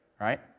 right